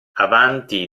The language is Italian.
avanti